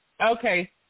Okay